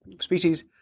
species